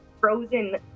frozen